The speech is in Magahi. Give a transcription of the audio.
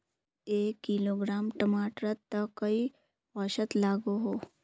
एक किलोग्राम टमाटर त कई औसत लागोहो?